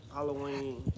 Halloween